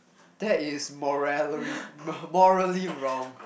that is moral~ morally wrong